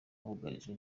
bugarijwe